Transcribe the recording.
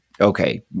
okay